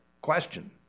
question